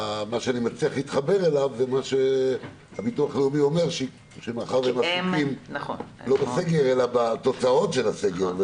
מה שהביטוח הלאומי אומר שמאחר והם עסוקים לא בסגר אלא בתוצאות של הסגר.